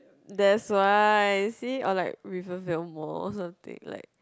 that's why see all like reserved the most one thing like